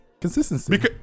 Consistency